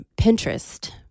Pinterest